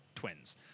Twins